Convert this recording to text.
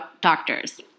doctors